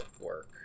work